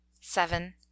seven